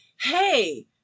hey